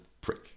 prick